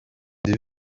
des